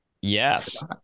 Yes